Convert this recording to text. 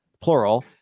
plural